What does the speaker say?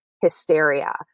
hysteria